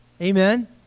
Amen